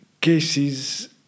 cases